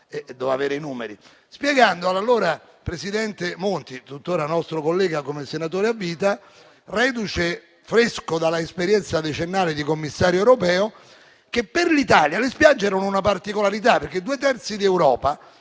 della proposta. Spiegai all'allora presidente Monti, tuttora nostro collega come senatore a vita, reduce fresco dall'esperienza decennale di commissario europeo, che per l'Italia le spiagge erano una particolarità, perché due terzi d'Europa